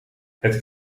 het